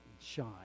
shine